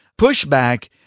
pushback